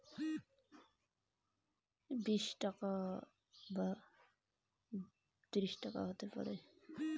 এই সপ্তাহে এক কিলোগ্রাম সীম এর গড় বাজার দর কত?